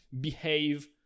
behave